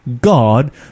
God